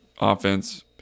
offense